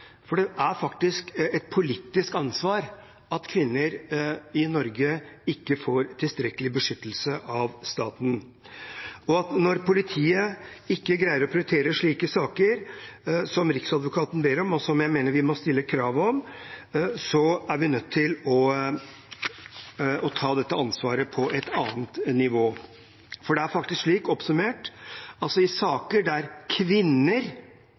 for det er faktisk et politisk ansvar at kvinner i Norge ikke får tilstrekkelig beskyttelse av staten. Når politiet ikke greier å prioritere slike saker, som Riksadvokaten ber om, og som jeg mener vi må stille krav om, er vi nødt til å ta dette ansvaret på et annet nivå. For det er faktisk slik – oppsummert – at i saker der kvinner